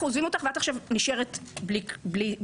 עוזבים אותך ואת עכשיו נשארת בלי סיעה.